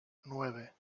nueve